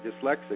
dyslexic